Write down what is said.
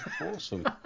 awesome